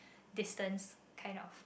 distance kind of